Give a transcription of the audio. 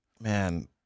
Man